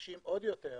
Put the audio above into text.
מדגישים עוד יותר